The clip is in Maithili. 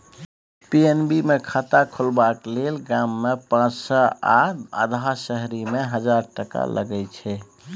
पी.एन.बी मे खाता खोलबाक लेल गाममे पाँच सय आ अधहा शहरीमे हजार टका लगै छै